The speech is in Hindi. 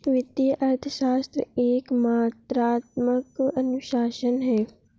वित्तीय अर्थशास्त्र एक मात्रात्मक अनुशासन है